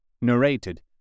narrated